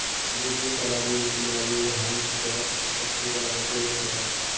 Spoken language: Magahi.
बिरजू तालाबेर किनारेर हांथ स कस्तूरा बटोर छ